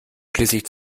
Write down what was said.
schließlich